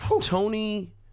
Tony